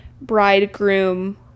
bridegroom